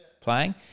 Playing